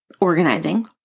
organizing